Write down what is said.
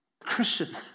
Christian